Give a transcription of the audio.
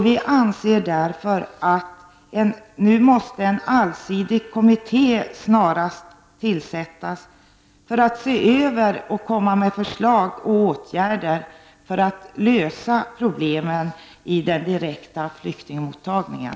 Vpk anser därför att en allsidig kommitté snarast måste tillsättas för att se över frågan och komma med förslag till åtgärder för att lösa problemen i den direkta flyktingmottagningen.